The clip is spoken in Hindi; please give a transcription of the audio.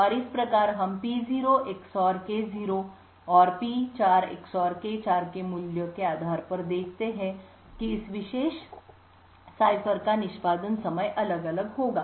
और इस प्रकार हम P0 XOR K0 और P4 XOR K4 के मूल्य के आधार पर देखते हैं कि इस विशेष सिफर का निष्पादन समय अलग अलग होगा